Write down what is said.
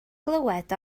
glywed